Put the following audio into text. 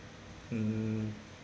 mm